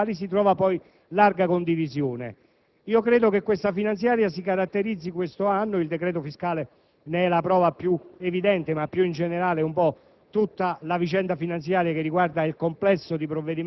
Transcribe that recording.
sulla base di provvedimenti analiticamente esaminati e sui quali si trova larga condivisione. Credo che la manovra finanziaria si caratterizzi quest'anno (il decreto fiscale ne è la prova più evidente, ma il discorso vale più